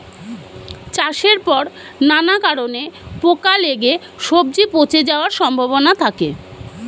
চাষের পর নানা কারণে পোকা লেগে সবজি পচে যাওয়ার সম্ভাবনা থাকে